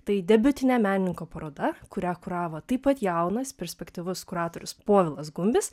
tai debiutinė menininko paroda kurią kuravo taip pat jaunas perspektyvus kuratorius povilas gumbis